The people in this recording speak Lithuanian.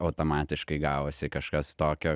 automatiškai gavosi kažkas tokio